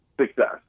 success